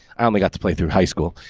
i only got to play through high school,